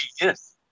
Yes